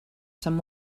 some